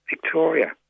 Victoria